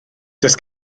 does